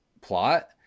plot